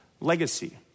legacy